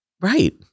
Right